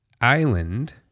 Island